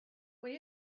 will